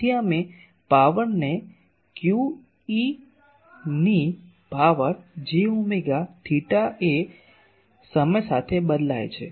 તેથી અમે પાવરને q eની પાવર j ઓમેગા થેટા એ સમય સાથે બદલાય છે